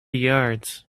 yards